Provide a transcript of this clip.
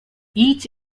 each